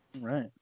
Right